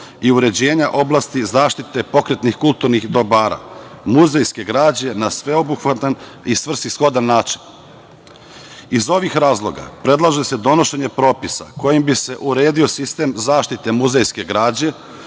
i uređenja oblasti zaštite pokretnih kulturnih dobara, muzejske građe na sveobuhvatan i svrsishodan način. Iz ovih razloga predlaže se donošenje propisa kojim bi se uredio sistem zaštite muzejske građe,